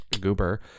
goober